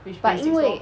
but 因为